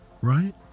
Right